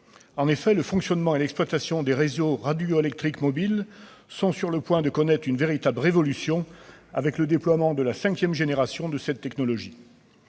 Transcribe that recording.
En effet, le fonctionnement et l'exploitation des réseaux radioélectriques mobiles sont sur le point de connaître une véritable révolution, avec le déploiement de la cinquième génération de ces technologies,